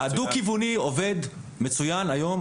הדו-כיווני עובד מצוין היום.